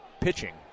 pitching